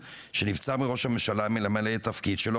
שנבצר מראש הממשלה למלא את התפקיד שלו,